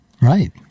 right